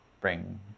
bring